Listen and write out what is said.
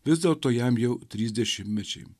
vis dėlto jam jau trys dešimtmečiai